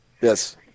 Yes